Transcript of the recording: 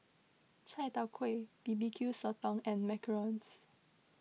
Chai Tow Kway B B Q Sotong and Macarons